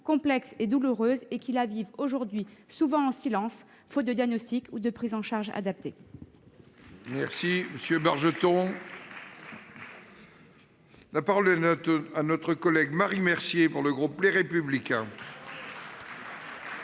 complexe et douloureuse, qui la vivent aujourd'hui souvent en silence, faute de diagnostic ou de prise en charge adaptée.